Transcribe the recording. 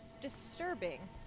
disturbing